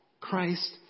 Christ